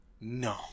No